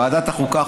ועדת החוקה,